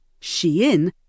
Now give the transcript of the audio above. Shein